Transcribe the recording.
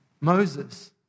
Moses